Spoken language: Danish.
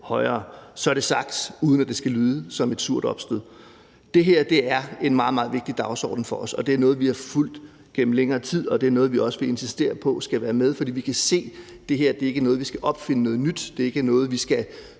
højere. Så er det sagt, uden at det skal lyde som et surt opstød. Det her er en meget, meget vigtig dagsorden for os, og det er noget, vi har fulgt gennem længere tid, og det er noget, vi også vil insistere på skal være med, for vi kan se, at det her ikke er noget, vi skal opfinde; det er ikke noget, vi skal